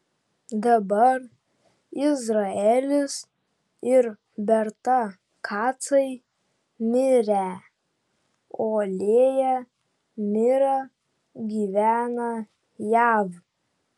dabar izraelis ir berta kacai mirę o lėja mira gyvena jav